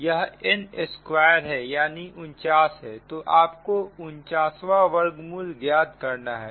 यह n2है यानी 49 है तो आपको 49 वा वर्गमूल ज्ञात करना है